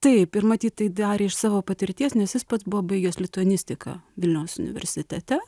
taip ir matyt tai darė iš savo patirties nes jis pats buvo baigęs lituanistiką vilniaus universitete